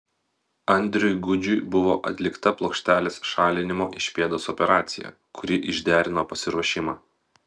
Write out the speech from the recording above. andriui gudžiui buvo atlikta plokštelės šalinimo iš pėdos operacija kuri išderino pasiruošimą